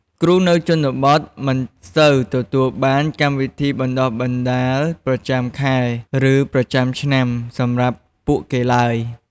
គ្រូនៅជនបទមិនសូវទទួលបានកម្មវិធីបណ្តុះបណ្តាលប្រចាំខែ ឬប្រចាំឆ្នាំ សម្រាប់ពួកគេឡើយ។